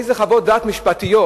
איזה חוות דעת משפטיות,